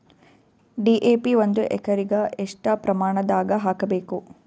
DAP ಒಂದು ಎಕರಿಗ ಎಷ್ಟ ಪ್ರಮಾಣದಾಗ ಹಾಕಬೇಕು?